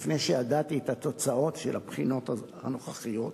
לפני שידעתי את התוצאות של הבחינות הנוכחיות,